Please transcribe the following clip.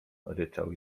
ryczał